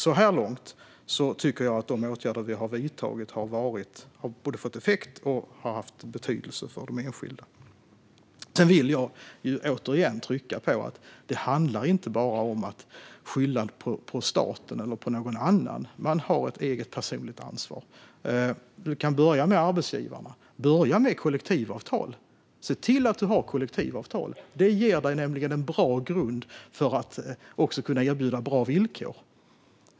Så här långt tycker jag dock att de åtgärder vi har vidtagit både har fått effekt och haft betydelse för de enskilda. Låt mig åter poängtera att man inte bara kan skylla på staten eller någon annan, utan man har ett personligt ansvar. Som arbetsgivare kan man se till att ha kollektivavtal. Det ger en bra grund för att erbjuda bra villkor.